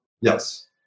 Yes